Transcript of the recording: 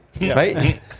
Right